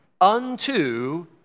unto